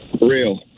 Real